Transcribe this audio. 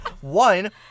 one